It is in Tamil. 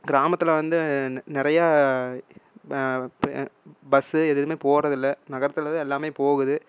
கிராமத்தில் வந்து நிறையா பஸ்ஸு எதுவுமே போகிறது இல்லை நகரத்தில் தான் எல்லாமே போகுது